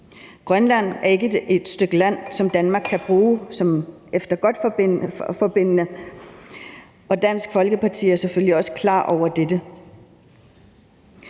Grønland er ikke et stykke land, som Danmark kan bruge efter forgodtbefindende, og Dansk Folkeparti er selvfølgelig også klar over dette.